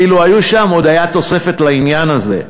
אילו היו שם, עוד הייתה תוספת לעניין הזה.